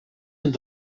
een